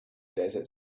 desert